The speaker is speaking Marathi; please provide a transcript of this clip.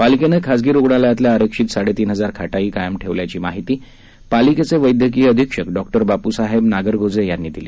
पालिकेनं खासगी रुग्णालयातल्या आरक्षित साडे तीन हजार खाटाही कायम ठेवल्या असल्याची माहिती पालिकेचे वैद्यकीय अधीक्षक डॉ बापूसाहेब नागरगोजे यांनी दिली